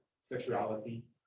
sexuality